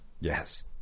Yes